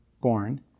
born